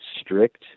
strict